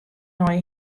nei